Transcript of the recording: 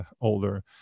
older